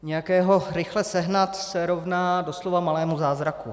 Nějakého rychle sehnat se rovná doslova malému zázraku.